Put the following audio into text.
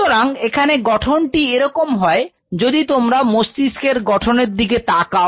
সুতরাং এখানে গঠনটি এরকম হয় যদি তোমরা মস্তিষ্কের গঠন এর দিকে তাকাও